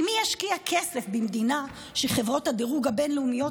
כי מי ישקיע כסף במדינה שחברות הדירוג הבין-לאומיות